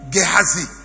Gehazi